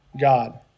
God